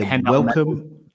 welcome